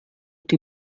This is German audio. die